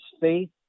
faith